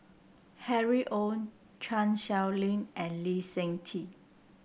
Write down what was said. Harry Ord Chan Sow Lin and Lee Seng Tee